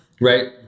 Right